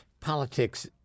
politics